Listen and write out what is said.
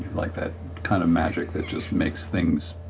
like that kind of magic that just makes things